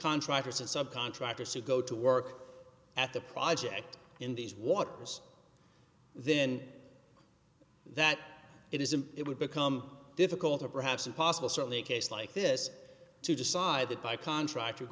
contractors and subcontractors who go to work at the project in these waters then that it isn't it would become difficult or perhaps impossible certainly a case like this to decide that i can tr